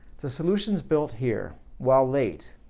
the solutions built here, while late,